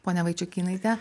ponia vaičiukynaite